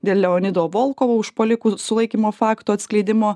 dėl leonido volkovo užpuolikų sulaikymo fakto atskleidimo